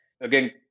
Again